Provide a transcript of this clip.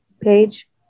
page